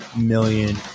million